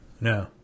No